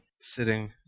sitting